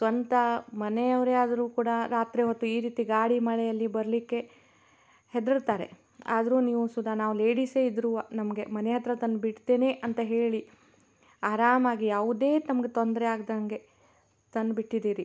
ಸ್ವಂತ ಮನೆಯವರೇ ಆದರೂ ಕೂಡ ರಾತ್ರಿ ಹೊತ್ತು ಈ ರೀತಿ ಗಾಳಿ ಮಳೆಯಲ್ಲಿ ಬರಲಿಕ್ಕೆ ಹೆದ್ರುತಾರೆ ಆದರೂ ನೀವು ಸುತ ನಾವು ಲೇಡಿಸೇ ಇದ್ರೂ ನಮಗೆ ಮನೆ ಹತ್ತಿರ ತಂದು ಬಿಡ್ತೇನೆ ಅಂತ ಹೇಳಿ ಆರಾಮಾಗಿ ಯಾವುದೇ ತಮ್ಗೆ ತೊಂದರೆ ಆಗದಂಗೆ ತಂದು ಬಿಟ್ಟಿದ್ದೀರಿ